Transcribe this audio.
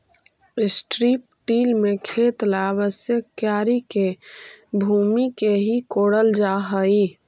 strip till में खेत ला आवश्यक क्यारी के भूमि के ही कोड़ल जा हई